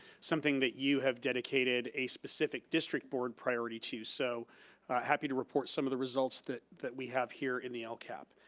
something that you have dedicated a specific district board priority to, so happy to report some of the results that that we have here in the lcap.